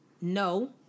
no